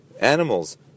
animals